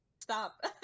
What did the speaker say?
stop